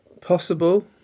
possible